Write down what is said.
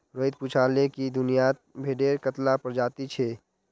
रोहित पूछाले कि दुनियात भेडेर कत्ला प्रजाति छे